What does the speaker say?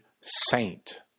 saint